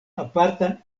apartan